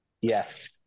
Yes